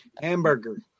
hamburger